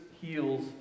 heals